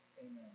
Amen